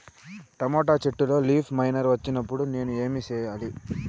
Tomato చెట్టులో leaf miner వచ్చినప్పుడు నేను ఏమి చెయ్యాలి?